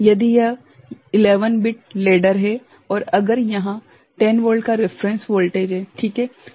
यदि यह 11 bit ladder है और अगर यहाँ 10 वोल्ट का रिफरेंस वोल्टेज है ठीक हैं